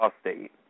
State